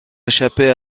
échapper